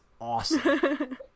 awesome